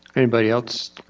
anybody else